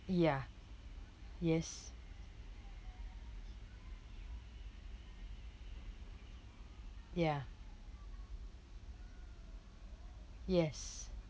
ya yes ya yes